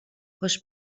خوش